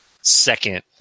second